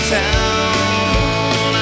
town